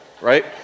right